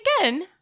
again